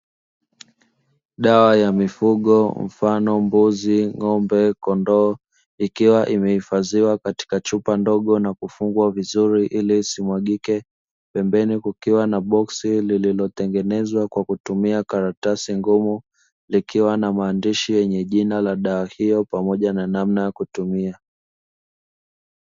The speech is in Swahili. Dawa ya mifugo mfano mbuzi, kondoo ikiwa imeifadhiwa katika chupa ndogo na kufungwa vizuri ili isimwagike, pembeni kukiwa na boksi lililo tengenezwa kwa kutumia karatasi ngumu liliwa na maandishi yenye jina la dawa hiyo pamoja na namna ya kutumia.